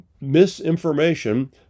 misinformation